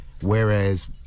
Whereas